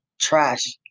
trash